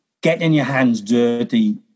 get-in-your-hands-dirty